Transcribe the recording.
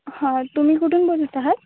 हां तुम्ही कुठून बोलत आहात